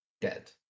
dead